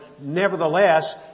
Nevertheless